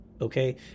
okay